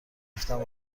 گفتم